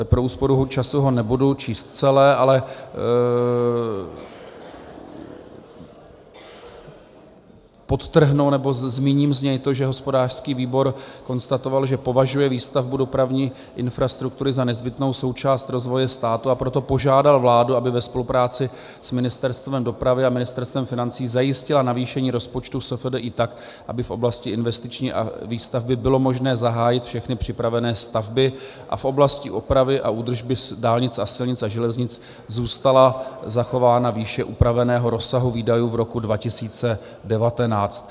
Pro úsporu času ho nebudu číst celé, ale podtrhnu nebo zmíním z něj to, že hospodářský výbor konstatoval, že považuje výstavbu dopravní infrastruktury za nezbytnou součást rozvoje státu, a proto požádal vládu, aby ve spolupráci s Ministerstvem dopravy a Ministerstvem financí zajistila navýšení rozpočtu SFDI tak, aby v oblasti investiční výstavby bylo možné zahájit všechny připravené stavby a v oblasti opravy a údržby dálnic a silnic a železnic zůstala zachována výše upraveného rozsahu výdajů v roce 2019.